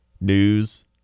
news